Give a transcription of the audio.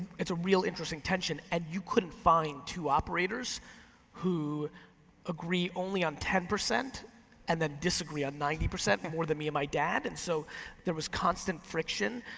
it's a real interesting tension. and you couldn't find two operators who agreed only on ten percent and then disagree on ninety percent more than me and my dad. and so there was constant friction,